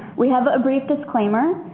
we have a brief disclaimer.